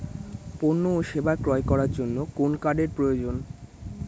পণ্য ও সেবা ক্রয় করার জন্য কোন কার্ডের প্রয়োজন?